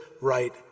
right